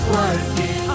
working